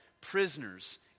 prisoners